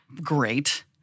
Great